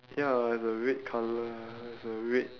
ya I have a red colour the red